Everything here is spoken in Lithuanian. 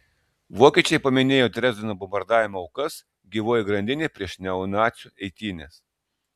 vokiečiai paminėjo dresdeno bombardavimo aukas gyvoji grandinė prieš neonacių eitynes